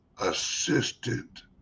assistant